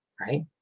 right